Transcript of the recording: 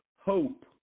hope